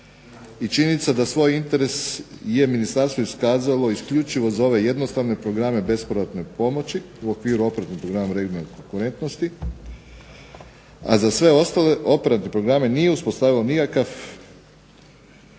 i činjenica da svoj interes je ministarstvo iskazalo isključivo za ove jednostavne programe bespovratne pomoći u okviru Operativnog programa Regionalne konkurentnosti, a za sve ostale operativne programe nije uspostavilo nikakav